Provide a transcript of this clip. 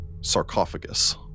sarcophagus